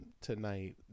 tonight